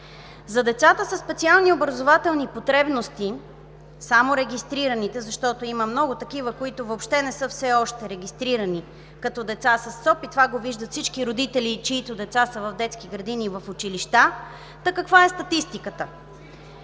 За децата със специални образователни потребности, само регистрираните, защото има много такива, които все още въобще не са регистрирани като деца със СОП, и това го виждат всички родители, чиито деца са в детски градини и в училища, та каква е статистиката?